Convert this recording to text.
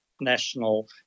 national